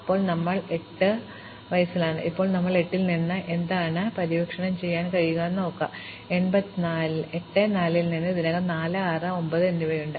ഇപ്പോൾ നമ്മൾ 8 വയസിലാണ് ഇപ്പോൾ നമ്മൾ 8 ൽ നിന്ന് എന്താണ് പര്യവേക്ഷണം ചെയ്യാൻ കഴിയുക എന്ന് ചോദിക്കുക 8 4 ൽ നിന്ന് ഇതിനകം ചെയ്തു 4 6 9 എന്നിവയുണ്ട്